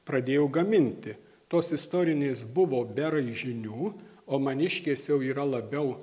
pradėjau gaminti tos istorinės buvo be raižinių o maniškės jau yra labiau